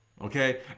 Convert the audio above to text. okay